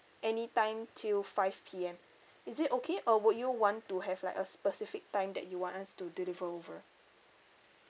anytime till five P_M is it okay or would you want to have like a specific time that you want us to deliver over